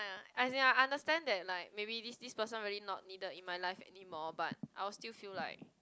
as in I understand that like maybe this this person really needed in my life anymore but I would still feel like